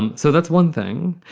and so that's one thing.